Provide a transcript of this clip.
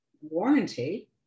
warranty